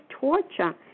torture